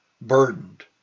Burdened